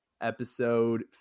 episode